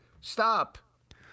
Stop